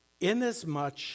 Inasmuch